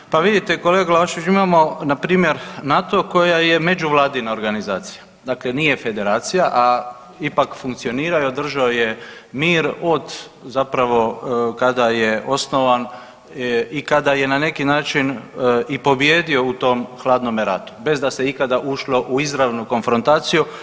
Da, pa vidite kolega Glavaševiću imamo npr. NATO koja je međuvladina organizacija, dakle nije federacija, a ipak funkcionira i održao je mir od zapravo kada je osnovan i kada je na neki način i pobijedio u tom hladnome ratu bez da se ikada ušlo u izravnu konfrontaciju.